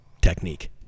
technique